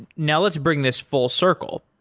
now let's bring this full circle.